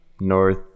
north